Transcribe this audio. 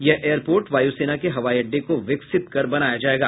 यह एयरपोर्ट वायुसेना के हवाई अड्डे को विकसित कर बनाया जायेगा